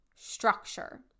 structure